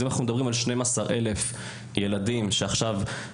אם אנחנו מדברים על 12,000 שהנושא רלוונטי להם עכשיו,